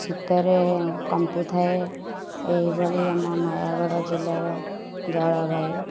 ଶୀତରେ କମ୍ପୁଥାଏ ଏଇଭଳି ଆମ ନୟାଗଡ଼ ଜିଲ୍ଲାର ଜଳବାୟୁ